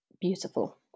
beautiful